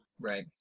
Right